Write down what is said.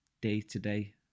day-to-day